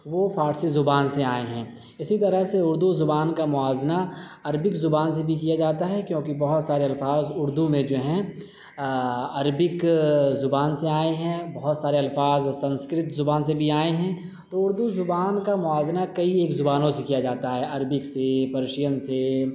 وہ فارسی زبان سے آئے ہیں اسی طرح سے اردو زبان کا موازنہ عربک زبان سے بھی کیا جاتا ہے کیونکہ بہت سارے الفاظ اردو میں جو ہیں عربک زبان سے آئے ہیں بہت سارے الفاظ سنسکرت زبان سے بھی آئے ہیں تو اردو زبان کا موازنہ کئی ایک زبانوں سے کیا جاتا ہے عربک سے پرشین سے